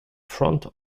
front